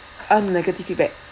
um negative feedback